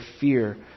fear